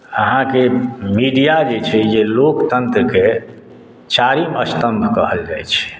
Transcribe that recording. अहाँकेँ मीडिया जे छै से लोकतन्त्रके चारिम स्तम्भ कहल जाइत छै